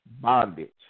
bondage